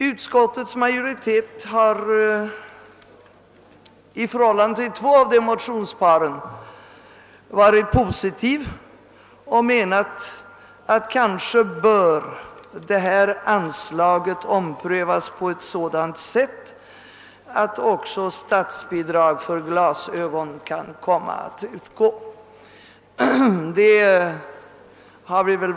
Utskottets majoritet har i förhållande till två av motionsparen varit positiv och menat att reglerna för anslaget kanske bör omprövas på ett sådant sätt att också statsbidrag för glasögon kan komma att utgå.